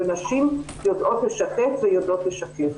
ונשים יודעות לשתף ויודעות לשקף.